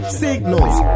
signals